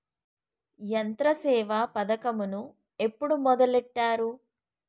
యంత్రసేవ పథకమును ఎప్పుడు మొదలెట్టారు?